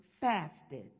fasted